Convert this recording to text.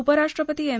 उपराष्ट्रपती एम